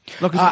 Look